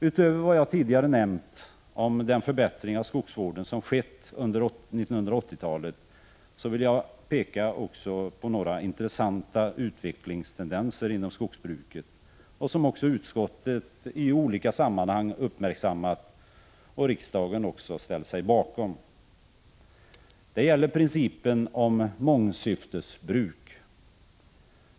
Utöver vad jag tidigare nämnt om den förbättring av skogsvården som skett under 1980-talet vill jag peka på några intressanta utvecklingstendenser inom skogsbruket, som också utskottet i olika sammanhang uppmärksammat och riksdagen ställt sig bakom. Det gäller principen om mångsyftesbruk.